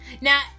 Now